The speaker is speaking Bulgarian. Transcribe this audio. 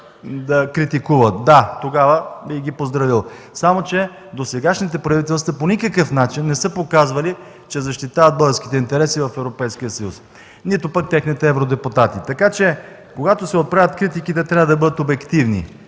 Да, тогава бих ги поздравил. Само че досегашните правителства по никакъв начин не са показвали, че защитават българските интереси в Европейския съюз, нито пък техните евродепутати. Така че, когато се отправят критики, те трябва да бъдат обективни.